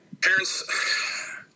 Parents